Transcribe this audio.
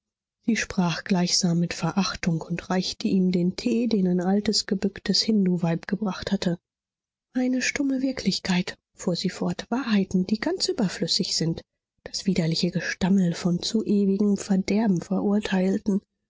sie sprach gleichsam mit verachtung und reichte ihm den tee den ein altes gebücktes hinduweib gebracht hatte eine stumme wirklichkeit fuhr sie fort wahrheiten die ganz überflüssig sind das widerliche gestammel von zu ewigem verderben verurteilten